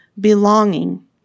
belonging